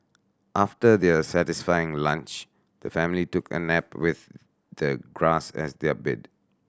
after their satisfying lunch the family took a nap with the grass as their bed